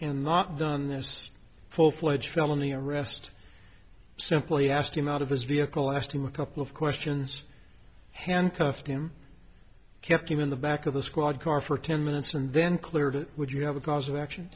gun there's a full fledged felony arrest simply asked him out of his vehicle asked him a couple of questions handcuffed him kept him in the back of the squad car for ten minutes and then cleared it would you have a cause of action